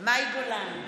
מאי גולן,